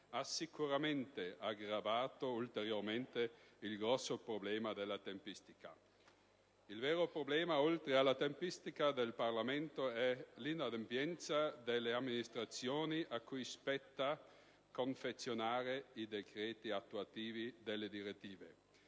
ha sicuramente aggravato ulteriormente il grosso problema della tempistica. Il vero problema, oltre alla tempistica del Parlamento, è l'inadempienza delle amministrazioni a cui spetta confezionare i decreti attuativi delle direttive.